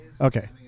Okay